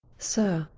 sir,